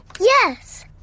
Yes